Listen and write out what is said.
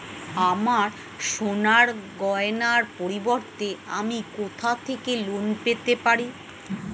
আমার সোনার গয়নার পরিবর্তে আমি কোথা থেকে লোন পেতে পারি?